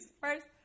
first